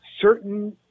certain